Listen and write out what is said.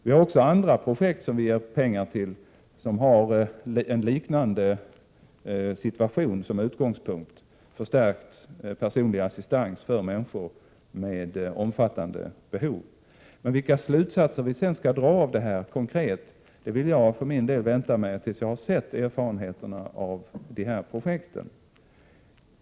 Vi ger pengar också till andra projekt, som har en liknande situation som utgångspunkt, förstärkt personlig assistans för människor med omfattande behov. Vilka slutsatser vi konkret skall dra av dessa projekt vill jag för min del vänta med att uttala mig om till dess att jag har sett erfarenheterna av dem.